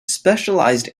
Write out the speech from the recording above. specialized